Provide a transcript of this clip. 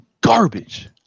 garbage